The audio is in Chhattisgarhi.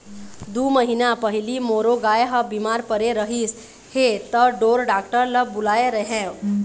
दू महीना पहिली मोरो गाय ह बिमार परे रहिस हे त ढोर डॉक्टर ल बुलाए रेहेंव